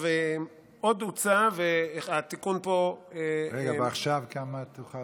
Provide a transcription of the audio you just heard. עוד הוצע, והתיקון פה, עכשיו כמה תוכל